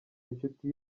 inshuti